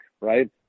right